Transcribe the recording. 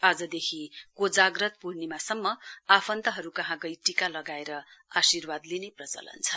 आज देखि कोजाग्रत पूर्णिमासम्म आफन्तहरु कहाँ गई टीका लगाएर आर्शीवाद लिने प्रचलन छ